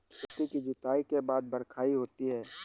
खेती की जुताई के बाद बख्राई होती हैं?